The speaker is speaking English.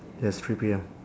yes three P_M